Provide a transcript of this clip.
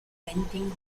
renting